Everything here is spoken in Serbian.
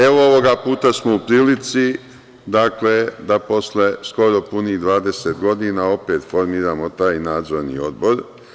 Evo, ovog puta smo u prilici, dakle, da posle skoro punih 20 godina opet formiramo taj nadzorni odbor.